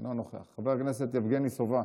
אינו נוכח, חבר הכנסת יבגני סובה,